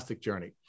journey